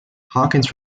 hawkins